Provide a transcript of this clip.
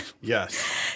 Yes